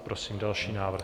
Prosím další návrh.